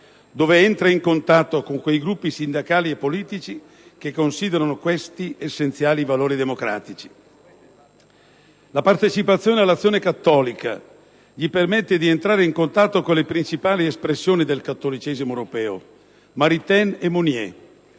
dove entra in contatto con quei gruppi sindacali e politici che considerano questi quali essenziali valori democratici. La partecipazione all'Azione Cattolica gli permette di entrare in contatto con le principali espressioni del cattolicesimo europeo - Maritain e Mounier